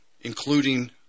Including